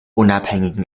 unabhängigen